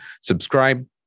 subscribe